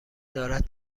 دارد